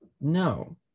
No